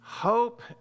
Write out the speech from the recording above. Hope